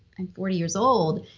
i'm forty years old,